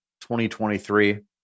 2023